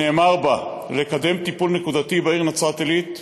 שנאמר בה: לקדם טיפול נקודתי בעיר נצרת-עילית.